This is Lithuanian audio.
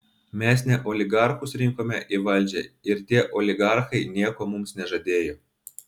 mes ne oligarchus rinkome į valdžią ir tie oligarchai nieko mums nežadėjo